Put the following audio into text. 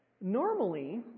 Normally